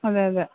അതെ അതെ